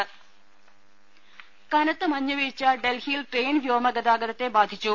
ദേദ കനത്ത മഞ്ഞുവീഴ്ച ഡൽഹിയിൽ ട്രെയിൻ വ്യോമ ഗതാഗതത്തെ ബാധിച്ചു